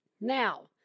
Now